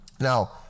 Now